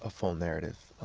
ah full narrative.